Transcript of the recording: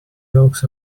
yolks